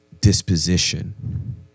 disposition